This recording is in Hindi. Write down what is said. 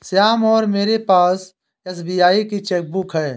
श्याम और मेरे पास एस.बी.आई की चैक बुक है